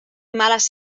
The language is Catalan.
males